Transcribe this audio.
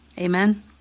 Amen